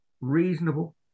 reasonable